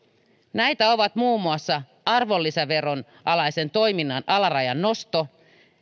näitä ovat muun muassa arvonlisäveron alaisen toiminnan alarajan nosto